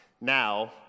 Now